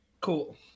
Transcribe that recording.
Cool